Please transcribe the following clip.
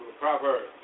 Proverbs